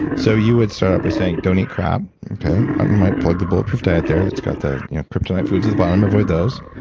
so you would start out by saying, don't eat crap? okay i might plug the bulletproof diet there. that's got the you know kryptonite foods at the bottom avoid those.